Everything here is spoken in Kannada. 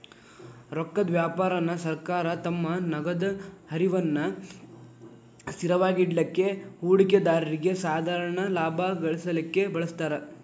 ರೊಕ್ಕದ್ ವ್ಯಾಪಾರಾನ ಸರ್ಕಾರ ತಮ್ಮ ನಗದ ಹರಿವನ್ನ ಸ್ಥಿರವಾಗಿಡಲಿಕ್ಕೆ, ಹೂಡಿಕೆದಾರ್ರಿಗೆ ಸಾಧಾರಣ ಲಾಭಾ ಗಳಿಸಲಿಕ್ಕೆ ಬಳಸ್ತಾರ್